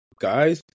guys